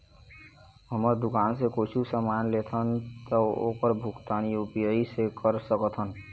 हमन दुकान से कुछू समान लेथन ता ओकर भुगतान यू.पी.आई से कर सकथन?